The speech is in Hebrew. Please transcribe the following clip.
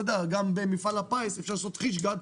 גם במפעל הפיס אפשר לעשות חיש גד,